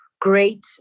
great